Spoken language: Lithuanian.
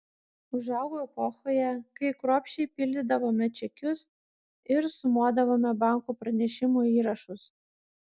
užaugau epochoje kai kruopščiai pildydavome čekius ir sumuodavome banko pranešimų įrašus